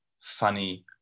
funny